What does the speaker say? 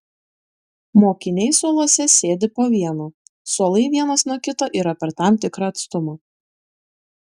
mokiniai suoluose sėdi po vieną suolai vienas nuo kito yra per tam tikrą atstumą